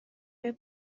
were